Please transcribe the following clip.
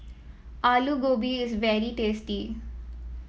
Alu Gobi is very tasty